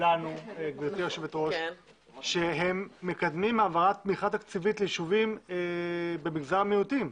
לנו שהם מקדמים העברת תמיכה תקציבית לישובים במגזר המיעוטים.